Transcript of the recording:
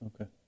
Okay